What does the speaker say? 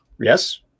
Yes